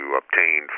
obtain